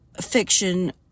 fiction